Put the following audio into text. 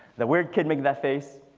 the weird kid making that face,